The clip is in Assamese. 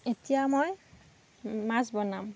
এতিয়া মই মাছ বনাম